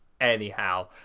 Anyhow